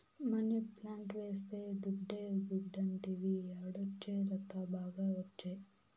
money plant వేస్తే దుడ్డే దుడ్డంటివి యాడొచ్చే లత, బాగా ఒచ్చే